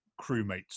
crewmates